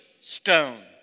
stone